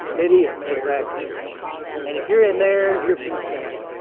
it is exactly, and if you're in there, you're pretty special.